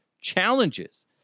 challenges